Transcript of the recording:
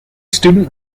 student